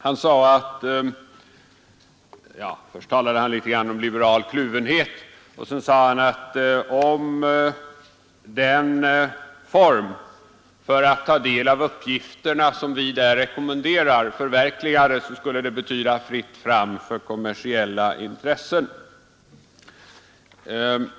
Han började med att tala litet om liberal kluvenhet, och sedan sade han att om den form för att ta del av uppgifterna som vi rekommenderar förverkligades, så skulle de betyda fritt fram för kommersiella intressen.